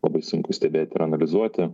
labai sunku stebėti ir analizuoti